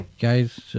guys